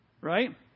right